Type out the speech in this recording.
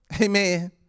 Amen